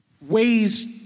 ways